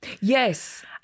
Yes